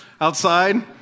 Outside